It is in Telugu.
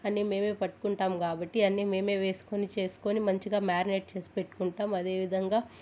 అన్ని మేమే పట్టుకుంటాం కాబట్టి అన్ని మేమే వేసుకొని చేసుకొని మంచిగా మ్యారినేట్ చేసి పెట్టుకుంటాం అదేవిధంగా